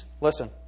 Listen